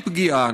הכי פגיעה,